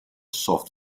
soft